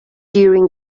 during